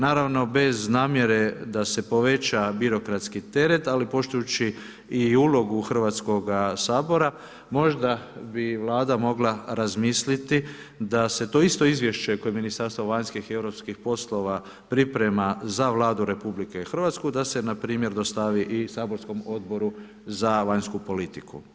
Naravno bez namjere da se poveća birokratski teret, ali poštujući i ulogu Hrvatskoga sabora, možda bi Vlada mogla razmisliti da se to isto izvješće koje Ministarstvo vanjskih i europskih poslova priprema za Vladu Republike Hrvatske da se npr. dostavi i saborskom Odboru za vanjsku politiku.